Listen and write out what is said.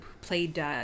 played